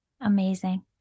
amazing